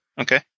Okay